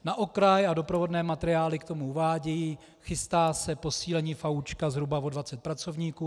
Na okraj, a doprovodné materiály k tomu uvádějí chystá se posílení FAÚ zhruba o 20 pracovníků.